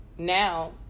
Now